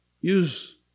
Use